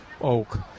oak